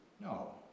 No